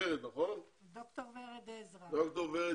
ד"ר ורד עזרא.